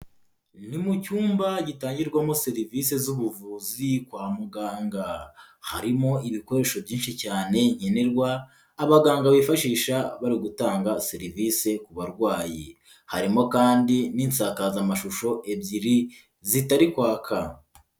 Ni mu cyumba gitangirwamo serivise z'ubuvuzi kwa muganga, harimo ibikoresho byinshi cyane nkenerwa abaganga bifashisha bari gutanga serivise ku barwayi, harimo kandi n'insakazamashusho ebyiri zitari kwaka.